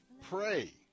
pray